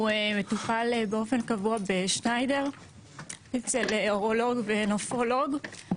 הוא מטופל באופן קבוע בשניידר אצל אורולוג ונפרולוג.